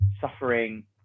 suffering